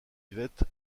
yvette